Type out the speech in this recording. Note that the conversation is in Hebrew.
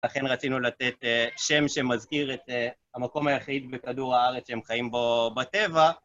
לכן רצינו לתת שם שמזכיר את המקום היחיד בכדור הארץ שהם חיים בו בטבע.